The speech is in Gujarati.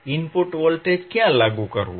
ઇનપુટ વોલ્ટેજ ક્યાં લાગુ કરવું